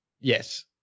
Yes